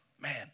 Man